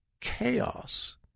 chaos